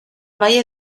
valle